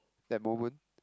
that moment